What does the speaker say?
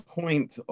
point